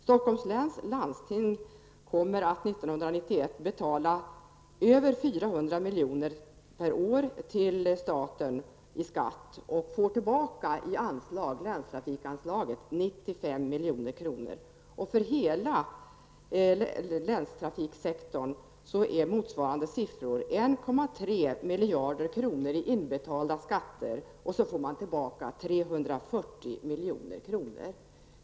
Stockholms läns landsting kommer att 1991 betala över 400 milj.kr. per år till staten i skatter och få tillbaka i länstrafikanslag 95 milj.kr. För hela länstrafiksektorn är motsvarande siffror 1,3 som man får tillbaka.